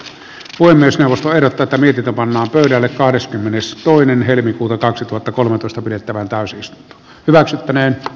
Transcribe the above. puhemiesneuvosto ehdottaa virka pannaan pöydälle kahdeskymmenestoinen helmikuuta kaksituhattakolmetoista pidettävän pääsystä hyväksyttäneen